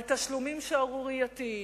על תשלומים שערורייתיים,